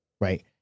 right